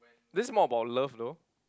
this is more about love though